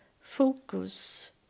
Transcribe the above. focus